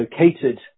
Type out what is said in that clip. located